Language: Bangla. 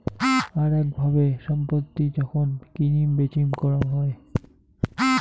আরাক ভাবে ছম্পত্তি যখন কিনিম বেচিম করাং হই